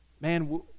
man